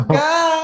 go